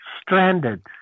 stranded